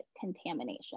contamination